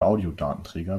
audiodatenträger